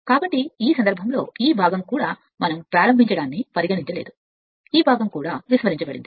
కాబట్టి ఈ సందర్భంలో ఈ భాగం కూడా మనం ప్రారంభించడాన్ని పరిగణించలేదు ఈ భాగం కూడా నిర్లక్ష్యం చేయబడింది